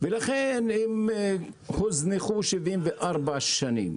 ולכן הם הוזנחו 74 שנים